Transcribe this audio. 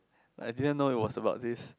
I didn't know it was about this